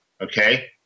okay